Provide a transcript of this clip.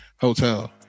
hotel